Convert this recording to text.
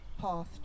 path